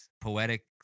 poetic